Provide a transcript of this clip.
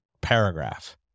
paragraph